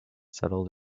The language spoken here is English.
settled